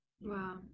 Wow